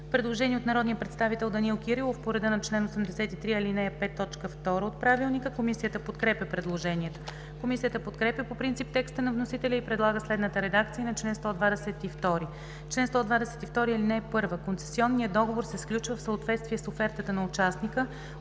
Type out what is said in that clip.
Предложение от народния представител Данаил Кирилов по реда на чл. 83, ал. 5, т. 2 от ПОДНС. Комисията подкрепя предложението. Комисията подкрепя по принцип текста на вносителя и предлага следната редакция на чл. 122: „Чл. 122. (1) Концесионният договор се сключва в съответствие с офертата на участника,